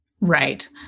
Right